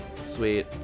Sweet